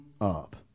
up